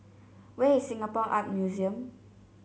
where is Singapore Art Museum